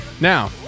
Now